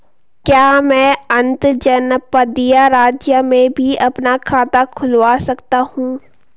क्या मैं अंतर्जनपदीय राज्य में भी अपना खाता खुलवा सकता हूँ?